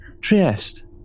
Trieste